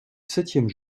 septième